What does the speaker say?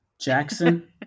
Jackson